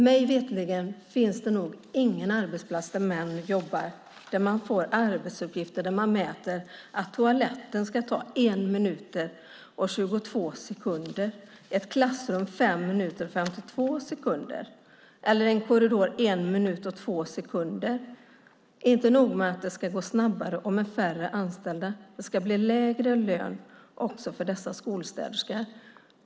Mig veterligen finns det ingen arbetsplats där män jobbar där man mäter upp att toaletten ska ta 1 minut och 22 sekunder att städa, ett klassrum 5 minuter och 52 sekunder och en korridor 1 minut och 2 sekunder. Det är inte nog med att det ska gå snabbare och vara färre anställda. Det ska också bli lägre lön för dessa skolstäderskor.